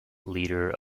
leader